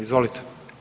Izvolite.